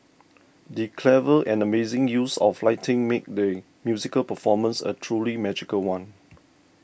the clever and amazing use of lighting made the musical performance a truly magical one